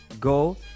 go